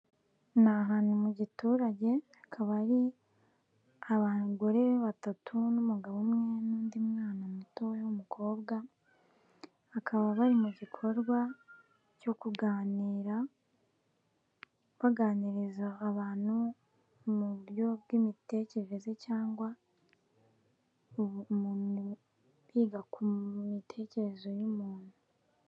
Ni ahantu mu giturage, akaba ari abagore batatu n'umugabo umwe n'undi mwana mutoya w'umukobwa, bakaba bari mu gikorwa cyo kuganira baganiriza abantu mu buryo bw'imitekerereze, cyangwa biga ku mitekerereze y'umuntu.